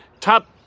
top